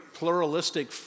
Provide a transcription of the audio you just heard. pluralistic